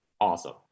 awesome